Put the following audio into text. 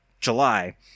July